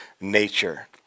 Nature